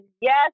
yes